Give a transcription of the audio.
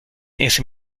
ese